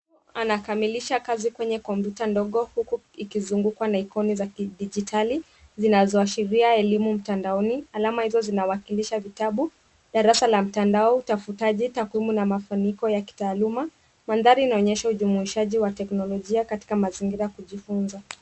Mtoto anamalizia kazi kwenye kompyuta ndogo huku ikizungukwa na ikoni za kidigitali zinazoashiria elimu mtandaoni alama hizo zinawakilisha vitabu darasa la mtandao utafutaji na mafanikio ya kitaaluma . Mandhari inaonyesha ujumuishaji wa teknolojia katika mazingira ya kujifunza.